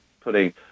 putting